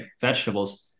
vegetables